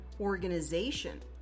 organization